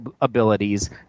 abilities